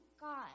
God